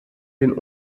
den